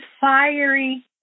fiery